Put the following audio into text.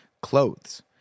Clothes